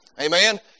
Amen